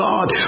God